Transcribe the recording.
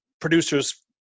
producers